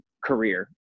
career